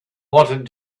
wanted